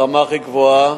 ברמה הכי גבוהה.